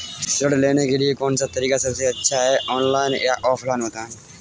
ऋण लेने के लिए कौन सा तरीका सबसे अच्छा है ऑनलाइन या ऑफलाइन बताएँ?